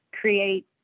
create